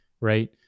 right